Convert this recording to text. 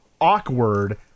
awkward